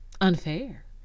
unfair